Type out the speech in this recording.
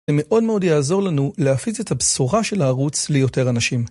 זה מאוד מאוד יעזור לנו להפיץ את הבשורה של הערוץ ליותר אנשים.